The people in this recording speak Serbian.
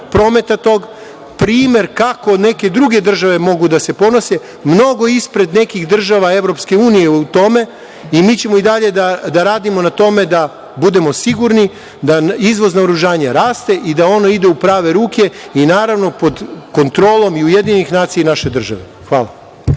prometa tog, primer kako neke druge države mogu da se ponose, mnogo ispred nekih država EU je u tome i mi ćemo i dalje da radimo na tome da budemo sigurni da izvoz naoružanja raste i da ono ide u prave ruke i naravno pod kontrolom UN i naše države. Hvala.